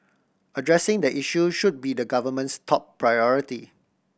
addressing the issue should be the government's top priority